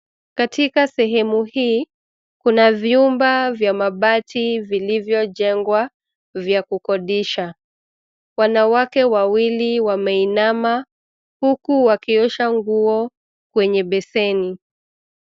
Katika sehemu hii kuna vyumba vya mabati vilivyojengwa vya kukodisha. Wanawake wawili wameinama huku wakiosha nguo kwenye beseni.